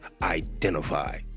identify